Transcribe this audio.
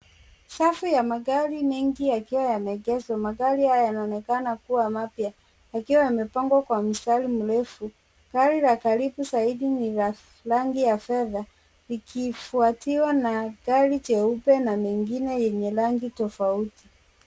Safu ya magari mengi yakiwa yameegezwa. Magari haya yanaonekana kuwa mapya. Yakiwa yamepangwa kwa mstari mrefu. Gari la karibu zaidi ni la rangi ya fedha likifuatiwa na gari jeupe na mengine yenye rangi tofauti.